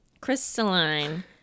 crystalline